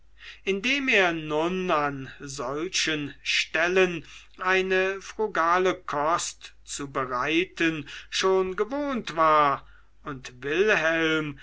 indem er nun an solchen stellen eine frugale kost zu bereiten schon gewohnt war und wilhelm